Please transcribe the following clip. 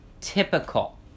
typical